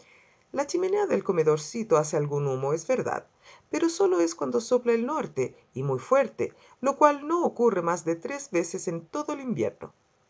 la chimenea del comedorcito hace algún humo es verdad pero sólo es cuando sopla el norte y muy fuerte lo cual no ocurre más de tres veces en todo el invierno